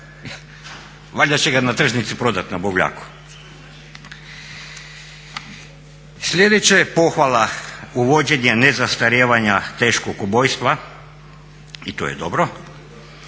valjda će ga na tržnici prodat na buvljaku. Sljedeće je pohvala uvođenje nezastarijevanja teškog ubojstva i to je dobro.